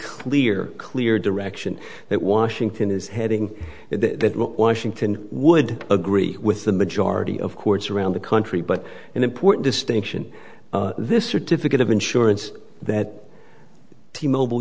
clear clear direction that washington is heading that washington would agree with the majority of courts around the country but an important distinction this certificate of insurance that t mobile